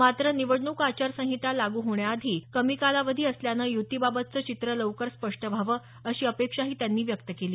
मात्र निवडणूक आचारसंहिता लागू होण्यासाठी कमी कालावधी असल्यानं युतीबाबतचं चित्र लवकर स्पष्ट व्हावं अशी अपेक्षाही त्यांनी व्यक्त केली